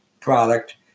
product